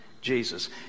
Jesus